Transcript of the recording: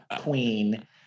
Queen